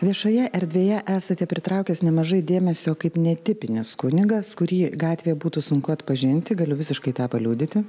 viešoje erdvėje esate pritraukęs nemažai dėmesio kaip netipinis kunigas kurį gatvėje būtų sunku atpažinti galiu visiškai tą paliudyti